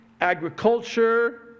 AGRICULTURE